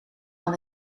van